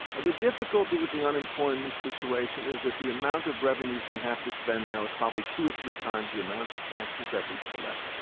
the difficulty with the umemployment situation is that the amount of revenues we have to spend now is probably two or three times the amount of taxes that we collect.